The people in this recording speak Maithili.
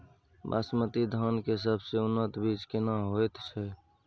बासमती धान के सबसे उन्नत बीज केना होयत छै?